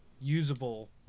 usable